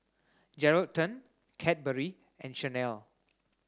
Geraldton Cadbury and Chanel